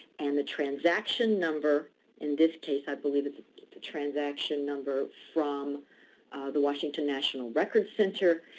and the transaction number in this case, i believe it's the transaction number from the washington national records center,